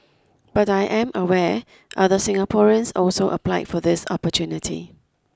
but I am aware other Singaporeans also applied for this opportunity